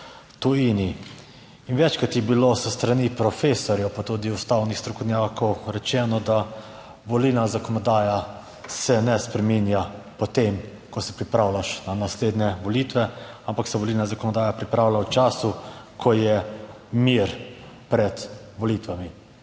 tujini. In večkrat je bilo s strani profesorjev, pa tudi ustavnih strokovnjakov, rečeno, da volilna zakonodaja se ne spreminja po tem, ko se pripravljaš na naslednje volitve, ampak se volilna zakonodaja pripravlja v času, ko je mir pred volitvami.